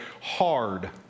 hard